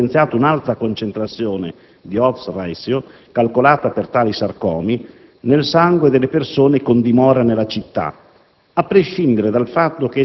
La ricerca ha evidenziato un'alta concentrazione di Odds Ratio, calcolata per tali sarcomi, nel sangue delle persone con dimora nella città,